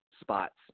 spots